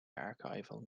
archival